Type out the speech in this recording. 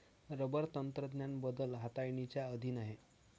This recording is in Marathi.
रबर तंत्रज्ञान बदल हाताळणीच्या अधीन आहे